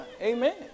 Amen